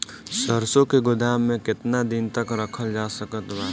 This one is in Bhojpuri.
सरसों के गोदाम में केतना दिन तक रखल जा सकत बा?